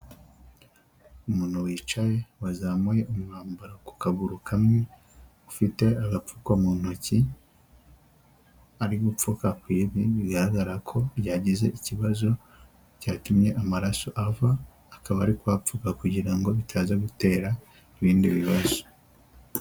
Umuntu wicaye wazamuye umwambaro ku kaguru kamwe, ufite agapfuko mu ntoki, ari gupfuka ku ivi bigaragara ko ryagize ikibazo cyatumye amaraso ava, akaba ari kuhapfuka kugira ngo bitaza gutera ibindi bibazo.